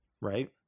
right